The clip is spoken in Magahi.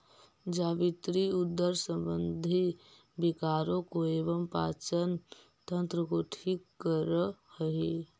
जावित्री उदर संबंधी विकारों को एवं पाचन तंत्र को ठीक करअ हई